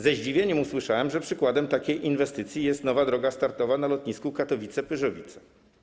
Ze zdziwieniem usłyszałem, że przykładem takiej inwestycji jest nowa droga startowa na lotnisku Katowice - Pyrzowice.